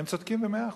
הם צודקים במאה אחוזים.